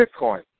Bitcoin